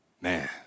man